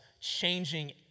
changing